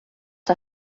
der